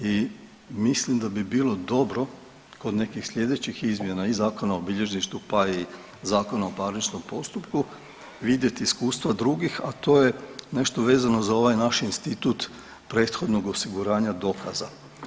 I mislim da bi bilo dobro kod nekih slijedećih izmjena i Zakona o bilježništvu, pa i Zakona o parničnom postupku vidjet iskustva drugih, a to je nešto vezano za ovaj naš institut prethodnog osiguranja dokaza.